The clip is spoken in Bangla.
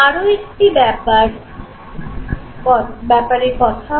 আরও একটি ব্যাপারে কথা হয়